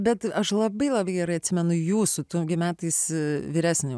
bet aš labai labai gerai atsimenu jūsų tu gi metais vyresnė